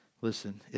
listen